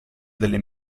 delle